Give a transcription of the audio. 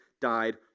died